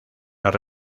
las